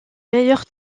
meilleurs